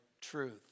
truth